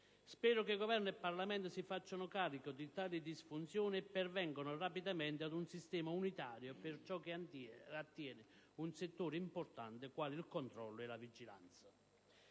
Spero che Governo e Parlamento si facciano carico di tali disfunzioni e pervengano rapidamente ad un sistema unitario per ciò che attiene un settore importante quale quello del controllo e della vigilanza.